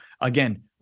again